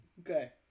Okay